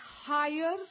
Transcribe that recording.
higher